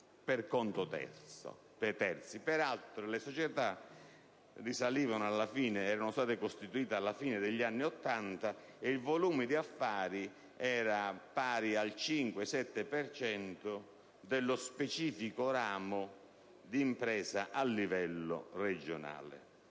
per conto di terzi). Peraltro, le società erano state costituite alla fine degli anni Ottanta e il volume di affari era pari al 5-7 per cento dello specifico ramo d'impresa a livello regionale.